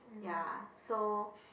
ya so